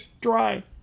Dry